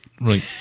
Right